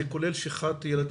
זה כולל שכחת ילדים.